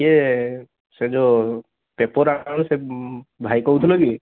କିଏ ସେ ଯେଉଁ ପେପର ଆଣିବା ସେ ଭାଇ କହୁଥିଲ କି